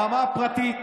ברמה הפרטית.